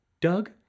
Doug